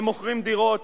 הם מוכרים דירות